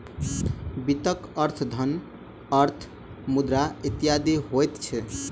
वित्तक अर्थ धन, अर्थ, मुद्रा इत्यादि होइत छै